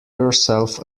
yourself